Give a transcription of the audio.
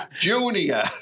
Junior